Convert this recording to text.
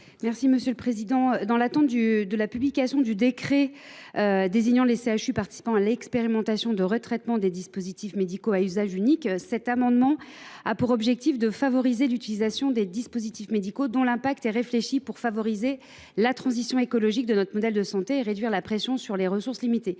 n° 764 rectifié. Dans l’attente de la publication du décret désignant les CHU participant à l’expérimentation de retraitement des dispositifs médicaux à usage unique, cet amendement vise à favoriser l’utilisation de dispositifs médicaux dont l’impact environnemental est susceptible de favoriser la transition écologique de notre modèle de santé et de réduire la pression sur les ressources limitées.